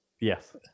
Yes